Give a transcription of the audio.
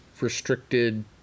restricted